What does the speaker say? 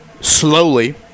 slowly